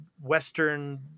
Western